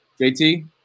jt